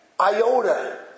iota